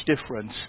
difference